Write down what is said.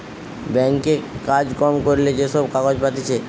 bank এ কাজ কম করিলে যে সব কাগজ পাতিছে